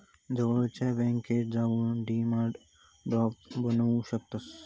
जवळच्या बॅन्केत जाऊन डिमांड ड्राफ्ट बनवू शकतंस